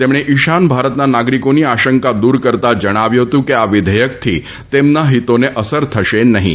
તેમણે ઈશાન ભારતના નાગરિકોની આશંકા દૂર કરતા જણાવ્યું હતું કે આ વિઘેયકથી તેમના હિતોને અસર થશે નહીં